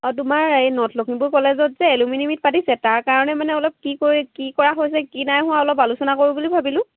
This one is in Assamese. অঁ তোমাৰ এই নৰ্থ লখিমপুৰ কলেজত যে এলুমিনি মিট পাতিছে তাৰ কাৰণে মানে অলপ কি কৰি কি কৰা হৈছে কি নাই হোৱা অলপ আলোচনা কৰোঁ বুলি ভাবিলোঁ